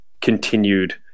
continued